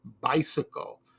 bicycle